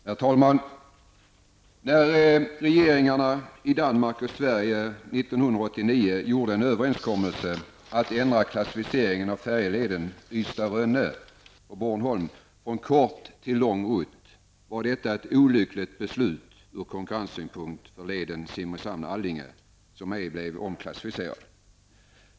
Herr talman! Regeringarna i Danmark och Sverige träffade 1989 en överenskommelse om en ändring av klassificeringen beträffande färjeleden Ystad-- Rönne på Bornholm från kort till lång rutt. Men det var ett olyckligt beslut ur konkurrenssynpunkt för leden Simrishamn--Allinge, som ej blev omklassificerad.